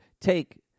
take